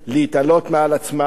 להתעלות על עצמם,